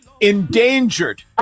endangered